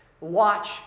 Watch